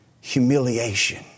humiliation